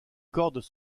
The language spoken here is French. cordes